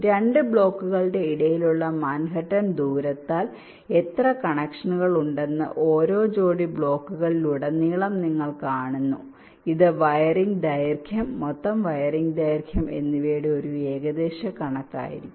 2 ബ്ലോക്കുകളുടെ ഇടയിലുള്ള മാൻഹട്ടൻ ദൂരത്താൽ എത്ര കണക്ഷനുകൾ ഉണ്ടെന്ന് ഓരോ ജോഡി ബ്ലോക്കുകളിലുടനീളം നിങ്ങൾ കാണുന്നു ഇത് വയറിംഗ് ദൈർഘ്യം മൊത്തം വയറിംഗ് ദൈർഘ്യം എന്നിവയുടെ ഏകദേശ കണക്ക് ആയിരിക്കും